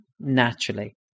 naturally